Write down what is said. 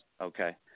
okay